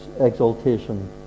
exaltation